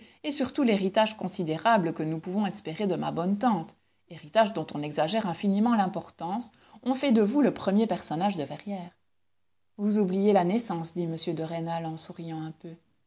et surtout l'héritage considérable que nous pouvons espérer de ma bonne tante héritage dont on exagère infiniment l'importance ont fait de vous le premier personnage de verrières vous oubliez la naissance dit m de rênal en souriant un peu